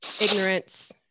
ignorance